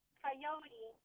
coyote